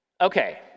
Okay